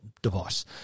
device